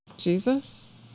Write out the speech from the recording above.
Jesus